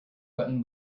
button